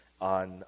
on